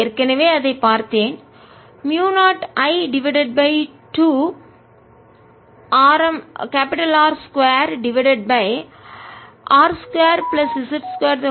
ஏற்கனவே அதைப் பார்த்தேன் மூயு 0 I டிவைடட் பை 2 ஆரம் R 2 டிவைடட் பைR 2 பிளஸ் z 2 32